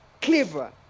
Clever